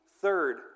Third